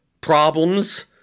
problems –